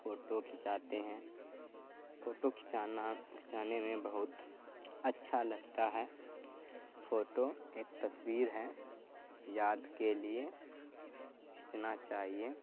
photo کھنچاتے ہیں photo کھنچانا کھنچانے میں بہت اچھا لگتا ہے فوٹو ایک تصویر ہے یاد کے لیے کھینچنا چاہیے